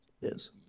Yes